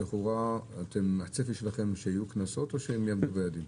לכאורה הצפי שלכם שיהיו קנסות או שהם יעמדו ביעדים?